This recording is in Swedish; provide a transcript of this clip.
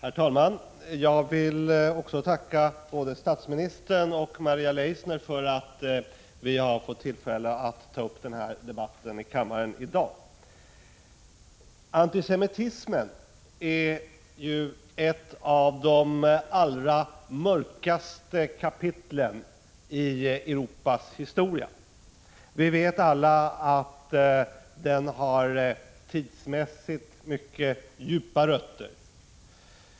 Herr talman! Också jag vill tacka både statsministern och Maria Leissner 8 april 1986 för att vi har fått tillfälle att i dag föra denna debatt i kammaren. Antisemitismen är ett av de allra mörkaste kapitlen i Europas historia. Vi vet alla att den tidsmässigt har mycket djupa rötter.